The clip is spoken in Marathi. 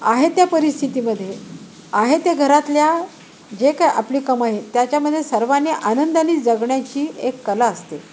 आहे त्या परिस्थितीमध्ये आहे त्या घरातल्या जे काय आपली कमाई आहेत त्याच्यामध्ये सर्वांनी आनंदानी जगण्याची एक कला असते